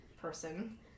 person